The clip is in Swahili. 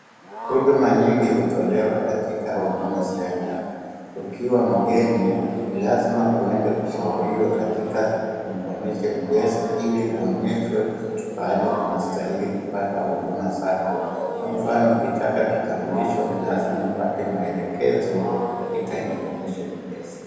Huduma nyingi hutolewa katika huduma center. Ukiwa mgeni ni lazima uende ushauriwe katika information desk ili uonyeshwe pahali unastahili kupata huduma zako kwa mfano ukitaka kitambulisho ni lazima upate maelekezo katika information desk .